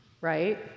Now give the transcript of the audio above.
right